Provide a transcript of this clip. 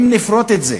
אם נפרוט את זה,